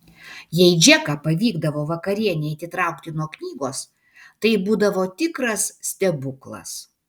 jei džeką pavykdavo vakarienei atitraukti nuo knygos tai būdavo tikras stebuklas